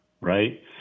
Right